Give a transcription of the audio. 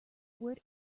word